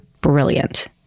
brilliant